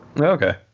Okay